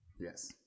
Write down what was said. Yes